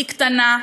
היא קטנה,